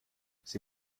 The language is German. sie